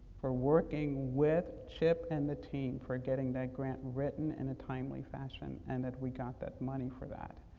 for working with chip and the team for getting that grant written in and a timely fashion and that we got that money for that.